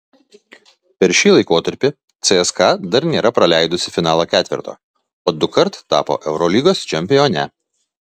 per šį laikotarpį cska dar nėra praleidusi finalo ketverto o dukart tapo eurolygos čempione